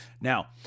Now